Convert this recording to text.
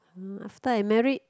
hmm after I married